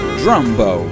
drumbo